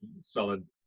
solid